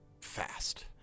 fast